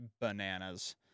bananas